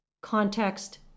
context